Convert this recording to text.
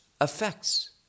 effects